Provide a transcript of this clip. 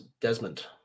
Desmond